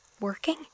working